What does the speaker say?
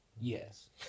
Yes